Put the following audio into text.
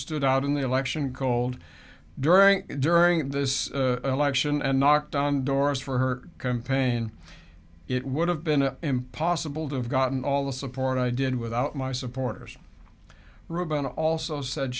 stood out in the election cold during during this election and knocked on doors for her campaign it would have been impossible to have gotten all the support i did without my supporters ruben also said